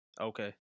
Okay